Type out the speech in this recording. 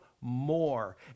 more